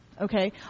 Okay